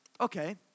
okay